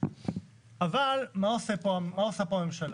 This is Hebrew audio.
אבל מה עושה פה הממשלה?